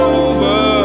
over